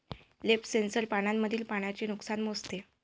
leaf sensor पानांमधील पाण्याचे नुकसान मोजते